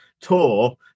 tour